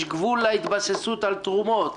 יש גבול להתבססות על תרומות.